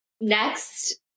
next